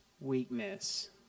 weakness